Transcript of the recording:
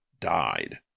died